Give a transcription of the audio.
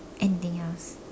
anything else